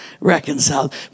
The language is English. reconciled